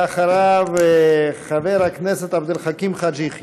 ואחריו, חבר הכנסת עבד אל חכים חאג' יחיא.